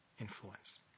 influence